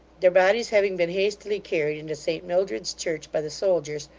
their bodies having been hastily carried into st mildred's church by the soldiers,